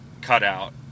cutout